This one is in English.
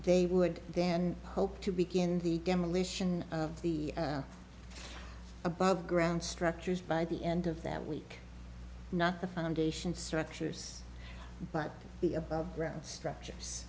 they would then hope to begin the demolition of the above ground structures by the end of that week not the foundation structures but the above ground structures